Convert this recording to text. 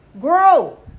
grow